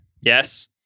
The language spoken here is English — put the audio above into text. Yes